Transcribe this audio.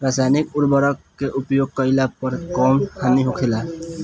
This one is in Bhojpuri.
रसायनिक उर्वरक के उपयोग कइला पर कउन हानि होखेला?